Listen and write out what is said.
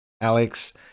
Alex